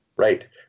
Right